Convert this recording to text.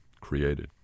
created